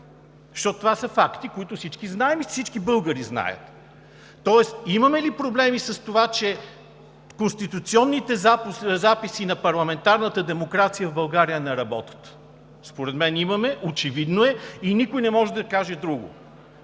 защото това са факти, които всички знаем и всички българи знаят. Тоест имаме ли проблеми с това, че конституционните записи на парламентарната демокрация в България не работят? Според мен имаме – очевидно е, и никой не може да каже друго.